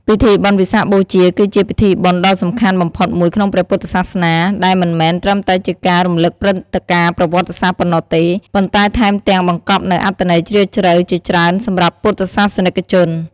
ពិធីបុណ្យវិសាខបូជា គឺជាពិធីបុណ្យដ៏សំខាន់បំផុតមួយក្នុងព្រះពុទ្ធសាសនា ដែលមិនមែនត្រឹមតែជាការរំលឹកព្រឹត្តិការណ៍ប្រវត្តិសាស្ត្រប៉ុណ្ណោះទេ ប៉ុន្តែថែមទាំងបង្កប់នូវអត្ថន័យជ្រាលជ្រៅជាច្រើនសម្រាប់ពុទ្ធសាសនិកជន។